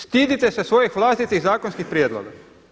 Stidite se svojih vlastitih zakonskih prijedloga.